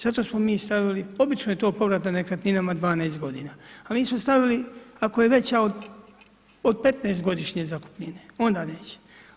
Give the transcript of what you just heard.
Zato smo mi stavili, obično je to povrat na nekretninama 12 godina, a mi smo stavili, ako je veća od 15-godišnje zakupnine, onda neće.